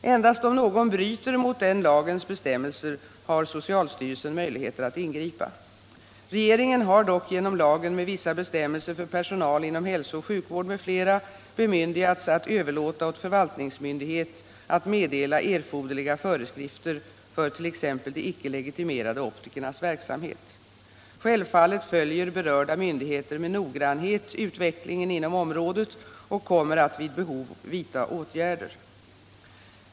Endast om någon bryter mot den lagens bestämmelser har socialstyrelsen möjligheter att ingripa. Regeringen har dock genom lagen med vissa bestämmelser för personal inom hälsooch sjukvård m.fl. bemyndigats att överlåta åt förvaltningsmyndighet att meddela erforderliga föreskrifter fört.ex. de icke legitimerade optikernas verksamhet. Självfallet följer berörda myndigheter med noggrannhet utvecklingen inom området och kommer att vid behov vidta åtgärder.